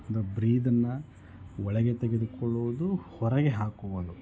ಇದು ಬ್ರೀದನ್ನು ಒಳಗೆ ತೆಗೆದುಕೊಳ್ಳುವುದು ಹೊರಗೆ ಹಾಕುವುದು